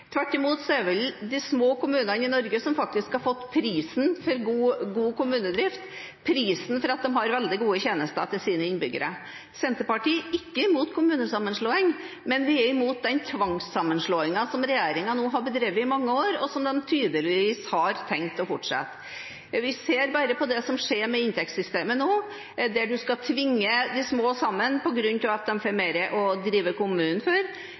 Tvert imot er det vel de små kommunene i Norge som har fått prisen for god kommunedrift, prisen for at de har veldig gode tjenester til sine innbyggere. Senterpartiet er ikke imot kommunesammenslåing, men vi er imot den tvangssammenslåingen som regjeringen nå har bedrevet i mange år, og som de tydeligvis har tenkt å fortsette med. Vi ser bare på det som skjer med inntektssystemet nå, der en skal tvinge de små sammen, fordi de da får mer å drive kommunen for.